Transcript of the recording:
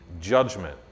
judgment